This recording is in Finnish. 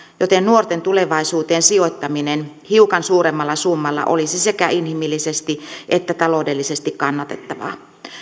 joten nuorten tulevaisuuteen sijoittaminen hiukan suuremmalla summalla olisi sekä inhimillisesti että taloudellisesti kannatettavaa